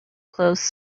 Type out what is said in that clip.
closed